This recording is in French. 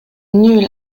nul